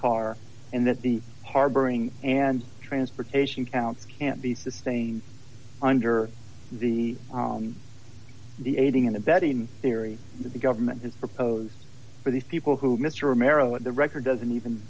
car and that the harboring and transportation counts can't be sustained under the the aiding and abetting theory that the government has proposed for these people who mister romero and the record doesn't even